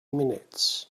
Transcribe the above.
minutes